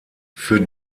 für